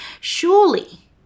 Surely